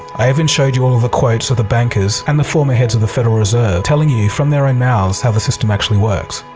i haven't showed you all the quotes of the bankers and the former heads of the federal reserve telling you from their own and mouths how the system actually works.